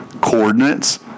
coordinates